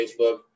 Facebook